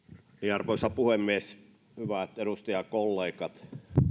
arvoisa puhemies hyvät edustajakollegat